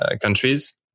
countries